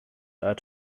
are